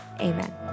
Amen